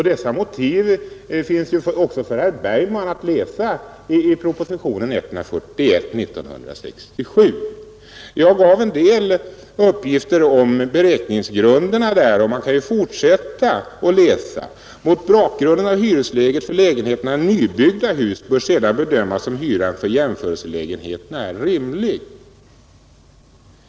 De motiven kan herr Bergman läsa om också i propositionen 141 år 1967. Jag gav en del uppgifter om beräkningsgrunderna där. I fortsättningen står det att mot bakgrunden av hyresläget för lägenheterna i nybyggda hus bör bedömas om hyran för jämförelselägenheterna är rimlig.